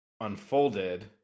unfolded